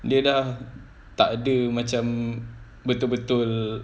dia dah tak ada macam betul-betul